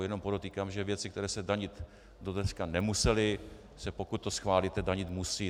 Jenom podotýkám, že věci, které se danit do dneška nemusely, se, pokud to schválíte, danit musí.